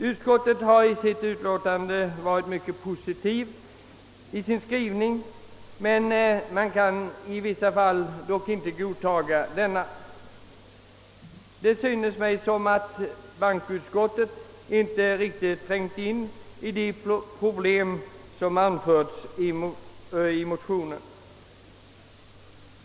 Utskottet har i sitt utlåtande varit mycket positivt i sin skrivning, men man kan i vissa fall inte godta den. Det synes mig som om bankoutskottet inte riktigt trängt in i de problem som anförts i motionerna.